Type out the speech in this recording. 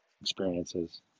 experiences